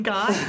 God